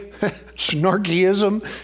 snarkyism